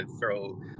throw